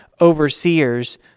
overseers